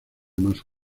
más